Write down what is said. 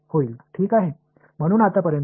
எனவே இது ஆகிவிடும்